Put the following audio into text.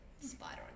spider